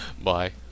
Bye